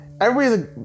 everybody's